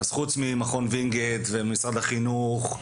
חוץ ממכון וינגיט, ומשרד החינוך,